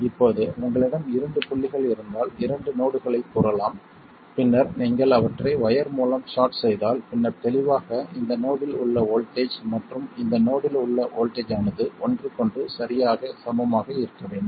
இப்போது உங்களிடம் இரண்டு புள்ளிகள் இருந்தால் இரண்டு நோடுகளைக் கூறலாம் பின்னர் நீங்கள் அவற்றை வயர் மூலம் ஷார்ட் செய்தால் பின்னர் தெளிவாக இந்த நோடில் உள்ள வோல்ட்டேஜ் மற்றும் இந்த நோடில் உள்ள வோல்ட்டேஜ் ஆனது ஒன்றுக்கொன்று சரியாகச் சமமாக இருக்க வேண்டும்